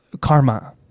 karma